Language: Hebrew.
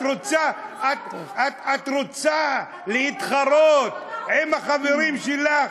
את רוצה את רוצה להתחרות עם החברים שלך